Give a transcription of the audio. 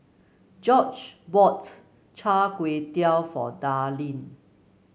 Josh bought Char Kway Teow for Darlene